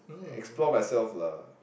explore myself lah